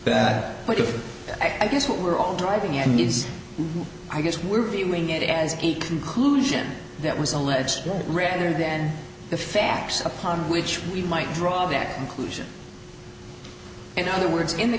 but if i guess what we're all driving and needs i guess we're viewing it as a conclusion that was alleged rather then the facts upon which we might draw that conclusion in other words in the